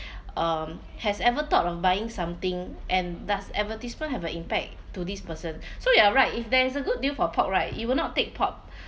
um has ever thought of buying something and does advertisement have an impact to this person so you are right if there is a good deal for pork right you will not take pork